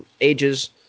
ages